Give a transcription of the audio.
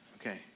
Okay